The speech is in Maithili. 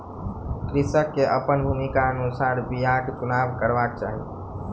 कृषक के अपन भूमिक अनुसारे बीयाक चुनाव करबाक चाही